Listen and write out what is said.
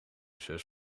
zus